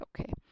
okay